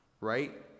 right